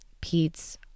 Pete's